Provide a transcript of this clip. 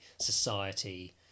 society